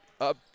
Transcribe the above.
Up